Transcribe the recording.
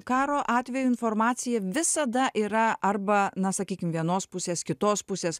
karo atveju informacija visada yra arba na sakykim vienos pusės kitos pusės